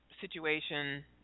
situation